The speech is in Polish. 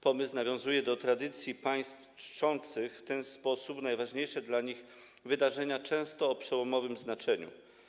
Pomysł nawiązuje do tradycji państw czczących w ten sposób najważniejsze dla nich wydarzenia, często o przełomowym znaczeniu.